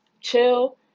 chill